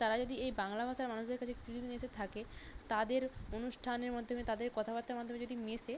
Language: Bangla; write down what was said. তারা যদি এই বাংলা ভাষার মানুষদের কাছে কিছু দিন এসে থাকে তাদের অনুষ্ঠানের মাধ্যমে তাদের কথাবাত্তার মাধ্যমে যদি মেশে